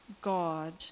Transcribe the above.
God